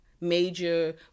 major